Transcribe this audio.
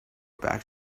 back